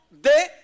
de